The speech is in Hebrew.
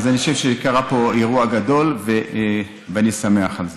אז אני חושב שקרה פה אירוע גדול ואני שמח על זה.